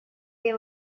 they